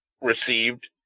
received